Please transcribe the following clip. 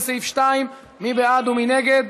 לסעיף 2. מי בעד ומי נגד?